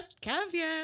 caveat